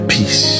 Peace